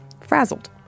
frazzled